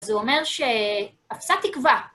זה אומר ש... אפסה תקווה.